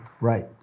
Right